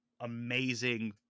amazing